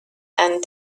and